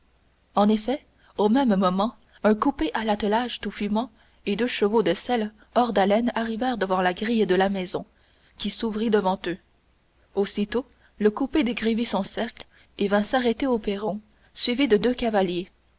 en effet au moment même un coupé à l'attelage tout fumant et deux chevaux de selle hors d'haleine arrivèrent devant la grille de la maison qui s'ouvrit devant eux aussitôt le coupé décrivit son cercle et vint s'arrêter au perron suivi de deux cavaliers